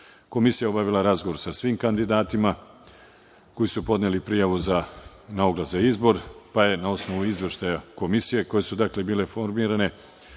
je obavila razgovor sa svim kandidatima koji su podneli prijavu na oglas za izbor, pa je na osnovu izveštaja komisija koje su bile formirane